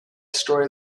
story